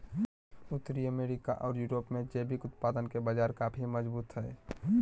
उत्तरी अमेरिका ओर यूरोप में जैविक उत्पादन के बाजार काफी मजबूत हइ